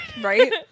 Right